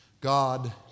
God